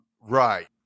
Right